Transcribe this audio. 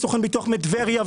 יש סוכני ביטוח מטבריה,